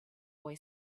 boy